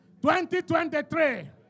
2023